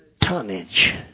tonnage